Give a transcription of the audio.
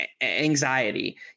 anxiety